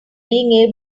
being